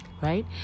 right